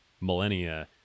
millennia